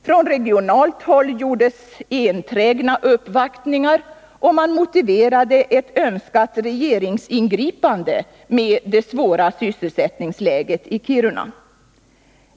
Från regionalt håll gjordes enträgna uppvaktningar, och man motiverade ett önskat regeringsingripande med det svåra sysselsättningsläget i Kiruna.